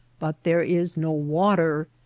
but there is no water,